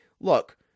look